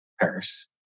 Paris